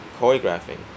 choreographing